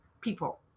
people